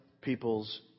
people's